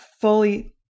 fully